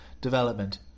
development